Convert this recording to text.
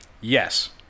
Yes